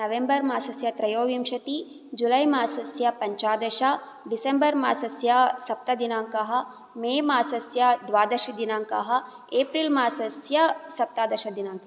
November मासस्य त्रयोविंशतिः July मासस्य पञ्चादश डिसम्बर् मासस्य सप्तदिनाङ्कः मे मासस्य द्वादशदिनाङ्कः एप्रिल् मासस्य सप्तादशदिनाङ्कः